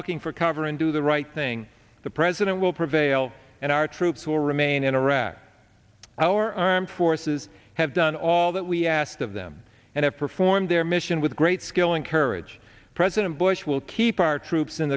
looking for cover and do the right thing the president will prevail and our troops will remain in iraq our armed forces have done all that we asked of them and have performed their mission with great skill and courage president bush will keep our troops in